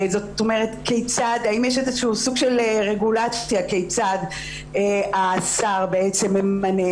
האם יש איזשהו סוג של רגולציה כיצד השר בעצם ממנה?